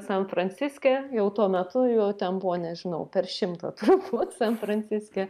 san franciske jau tuo metu jų ten buvo nežinau per šimtą turbūt san franciske